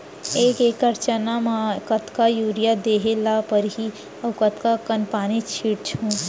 एक एकड़ चना म कतका यूरिया देहे ल परहि अऊ कतका कन पानी छींचहुं?